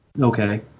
Okay